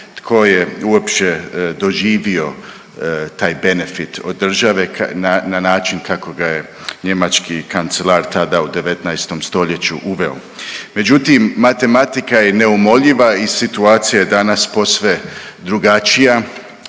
tko je uopće doživio taj benefit od države na način kako ga je njemački kancelar tada u 19. stoljeću uveo. Međutim, matematika je neumoljiva i situacija je danas posve drugačija,